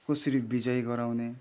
कसरी विजय गराउने